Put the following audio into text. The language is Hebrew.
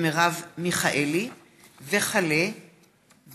מרב מיכאלי ואילן גילאון,